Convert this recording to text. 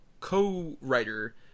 co-writer